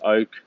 Oak